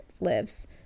lives